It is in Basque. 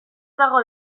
dago